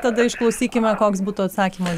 tada išklausykime koks būtų atsakymas